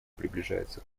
приближается